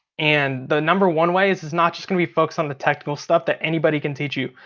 and the number one way is it's not just gonna be focused on the technical stuff that anybody can teach you.